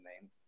name